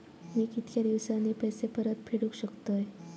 मी कीतक्या दिवसांनी पैसे परत फेडुक शकतय?